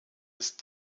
ist